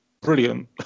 brilliant